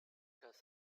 has